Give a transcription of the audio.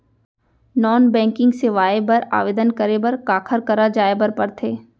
non banking सेवाएं बर आवेदन करे बर काखर करा जाए बर परथे